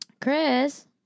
Chris